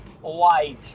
White